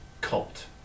cult